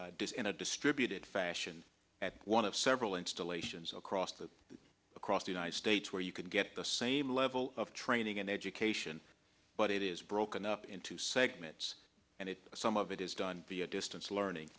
done in a distributed fashion at one of several installations across the across the united states where you can get the same level of training and education but it is broken up into segments and it some of it is done distance learning